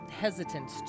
Hesitant